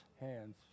hands